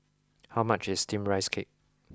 how much is steamed rice cake